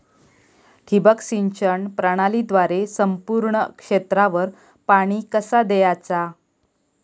ठिबक सिंचन प्रणालीद्वारे संपूर्ण क्षेत्रावर पाणी कसा दयाचा?